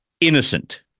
innocent